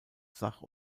sach